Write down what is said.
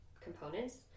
components